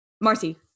Marcy